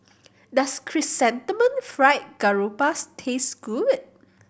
does Chrysanthemum Fried Garoupa taste good